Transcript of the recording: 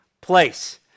place